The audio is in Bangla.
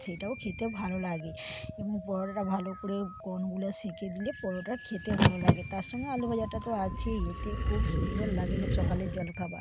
সেটাও খেতে ভালো লাগে এবং পরোটাটা ভালো করে কোণগুলো সেঁকে দিলে পরোটা খেতে ভালো লাগে তার সঙ্গে আলুভাজাটা তো আছেই এতে খুব সুন্দর লাগে সকালের জলখাবার